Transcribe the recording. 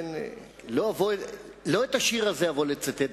לא את השיר הזה אבוא לצטט.